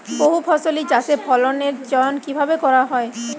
বহুফসলী চাষে ফসলের চয়ন কীভাবে করা হয়?